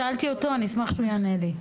שאלתי אותו, אשמח שהוא יענה לי.